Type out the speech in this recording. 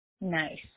nice